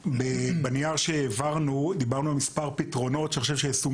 בנייר שהעברנו דיברנו על מספר פתרונות שאני חושב שהיישום